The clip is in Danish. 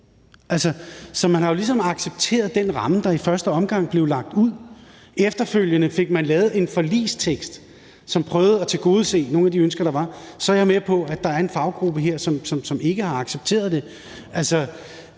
Så man har jo ligesom accepteret den ramme, der i første omgang blev lagt ud. Efterfølgende fik man lavet en forligstekst, som prøvede at tilgodese nogle af de ønsker, der var. Så er jeg med på, at der her er en faggruppe, som ikke har accepteret det.